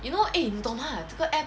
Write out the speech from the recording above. you know eh 你懂 mah 这个 app